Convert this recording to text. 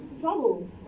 Trouble